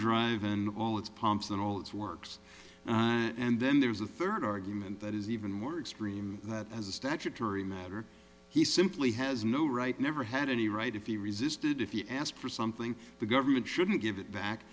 drive and all its pomps and all its works and then there's a third argument that is even more extreme that as a statutory matter he simply has no right never had any right if he resisted if he asked for something the government shouldn't give it back